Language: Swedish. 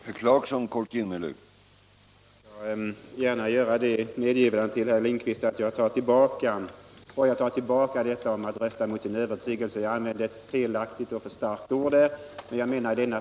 Herr talman! Jag skall gärna göra det medgivandet, herr Lindkvist, att jag tar tillbaka detta om att rösta mot sin övertygelse. Jag använde i det sammanhanget ett felaktigt och för starkt ord. Jag menar att i denna.